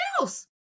else